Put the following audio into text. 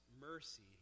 mercy